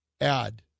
add